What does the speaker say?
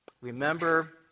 remember